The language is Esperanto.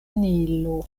nilo